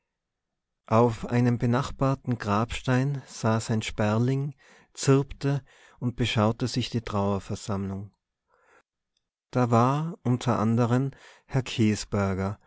auf einem benachbarten grabstein saß ein sperling zirpte und beschaute sich die trauerversammlung da war unter anderen herr